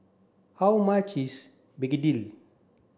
how much is Begedil